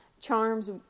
Charms